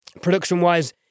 production-wise